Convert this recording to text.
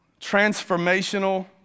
Transformational